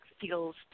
feels